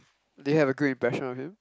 do you have a good impression of him